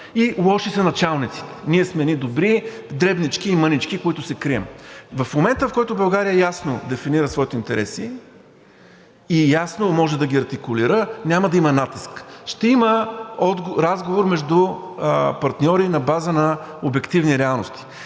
И лоши са началниците – ние сме едни добри, дребнички и мънички, които се крием. В момента, в който България ясно дефинира своите интереси и ясно може да ги артикулира, няма да има натиск. Ще има разговор между партньори, на база на обективни реалности.